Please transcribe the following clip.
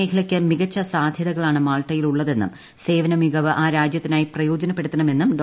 മേഖലയ്ക്ക് മികച്ച സാധ്യതകളാണ് മാൾട്ടയിൽ ഉള്ളതെന്നും സേവന മികവ് ആ രാജ്യത്തിനായി പ്രയോജനപ്പെടുത്തണമെന്നും ഡോ